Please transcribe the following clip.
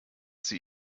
sie